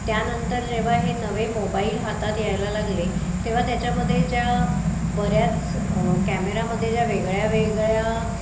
त्यानंतर जेव्हा हे नवे मोबाईल हातात यायला लागले तेव्हा त्याच्यामध्ये ज्या बऱ्याच कॅमेरामध्ये ज्या वेगळ्या वेगळ्या